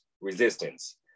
resistance